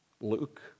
Luke